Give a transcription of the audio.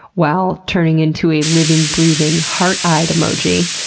while turning into a living, breathing heart eyed emoji,